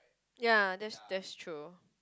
ya that's that's true